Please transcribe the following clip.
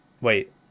wait